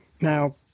Now